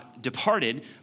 departed